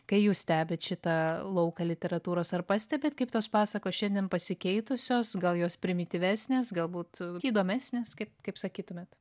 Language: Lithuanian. kai jūs stebit šitą lauką literatūros ar pastebit kaip tos pasakos šiandien pasikeitusios gal jos primityvesnės galbūt įdomesnės kaip kaip sakytumėt